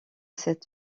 cette